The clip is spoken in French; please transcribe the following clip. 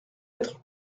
être